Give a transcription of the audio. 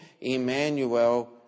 Emmanuel